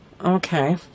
Okay